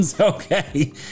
Okay